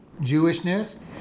Jewishness